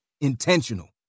Intentional